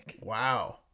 wow